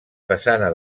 façana